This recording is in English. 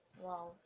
Wow